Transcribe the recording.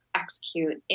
execute